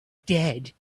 dead